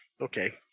Okay